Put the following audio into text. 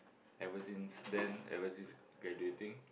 ever since then ever since graduating